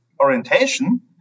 orientation